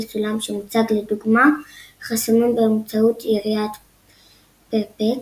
סולם שמוצג לדוגמה חסומים באמצעות יריעת פרספקס,